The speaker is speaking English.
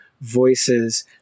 voices